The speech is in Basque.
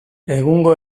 egungo